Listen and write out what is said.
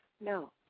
no